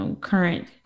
current